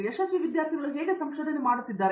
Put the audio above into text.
ಯಶಸ್ವಿ ವಿದ್ಯಾರ್ಥಿಗಳು ಹೇಗೆ ಸಂಶೋಧನೆ ಮಾಡುತ್ತಿದ್ದಾರೆ